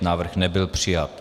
Návrh nebyl přijat.